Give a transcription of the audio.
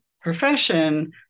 profession